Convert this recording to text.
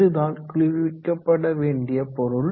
அதுதான் குளிர்விக்கப்பட வேண்டிய பொருள்